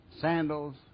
sandals